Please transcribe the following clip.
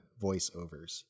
Voiceovers